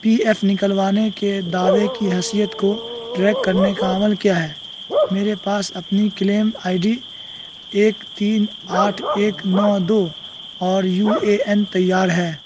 پی F نکلوانے کے دعوے کی حیثیت کو ٹریک کرنے کا عمل کیا ہے میرے پاس اپنی کلیم آئی ڈی ایک تین آٹھ ایک نو دو اور یو اے این تیار ہے